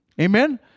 Amen